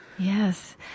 Yes